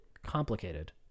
complicated